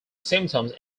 symptoms